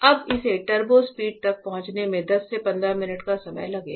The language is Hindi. अगर इसे टर्बो स्पीड तक पहुंचने में 10 से 15 मिनट का समय लगेगा